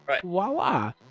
voila